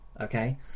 Okay